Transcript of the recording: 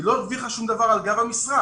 היא לא הרוויחה שום דבר על גב המשרד,